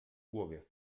głowie